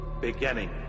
beginning